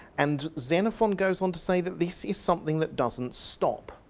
and xenophon goes on to say that this is something that doesn't stop,